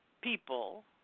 people